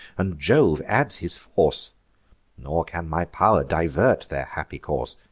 and jove adds his force nor can my pow'r divert their happy course.